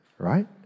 right